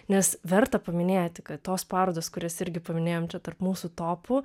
nes verta paminėti kad tos parodos kurias irgi paminėjom čia tarp mūsų topų